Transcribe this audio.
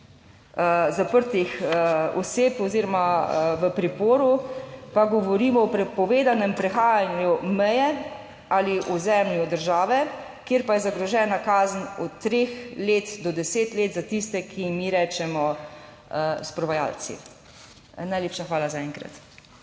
zaprtih oseb oziroma v priporu, pa govorimo o prepovedanem prehajanju meje ali ozemlju države, kjer pa je zagrožena kazen od treh let do deset let za tiste, ki jim mi rečemo s provajalci! Najlepša hvala za enkrat.